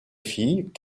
filles